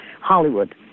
Hollywood